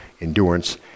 endurance